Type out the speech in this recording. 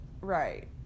right